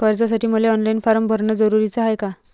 कर्जासाठी मले online form भरन जरुरीच हाय का?